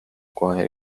kohe